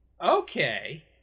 Okay